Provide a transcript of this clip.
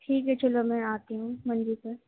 ٹھیک ہے چلو میں آتی ہوں منڈی پر